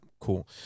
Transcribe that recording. cool